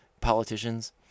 politicians